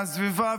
והסביבה,